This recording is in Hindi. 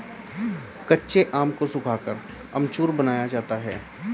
कच्चे आम को सुखाकर अमचूर बनाया जाता है